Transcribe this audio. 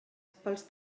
pels